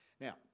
Now